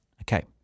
Okay